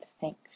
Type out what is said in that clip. Thanks